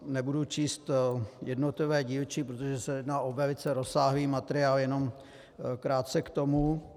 Nebudu číst jednotlivé dílčí, protože se jedná o velice rozsáhlý materiál, jenom krátce k tomu.